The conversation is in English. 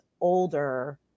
older